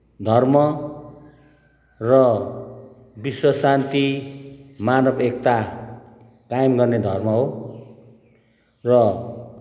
धर्म र विश्वशान्ति मानव एकता कायम गर्ने धर्म हो र